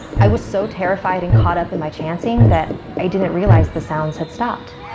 i was so terrified and caught up in my chanting that i didn't realize the sounds had stopped.